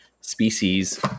species